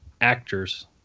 actors